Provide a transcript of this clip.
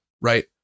right